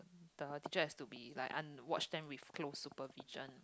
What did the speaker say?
the teacher has to be like un~ watch them with close supervision